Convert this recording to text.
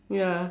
ya